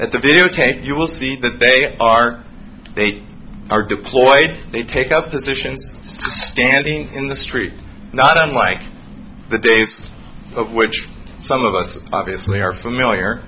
at the videotape you will see that they are they are deployed they take up positions standing in the street not unlike the days of which some of us obviously are familiar